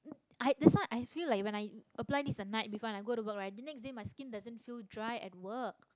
I that's why I feel like when I apply this the night before and I go to work right the next day my skin doesn't feel dry at work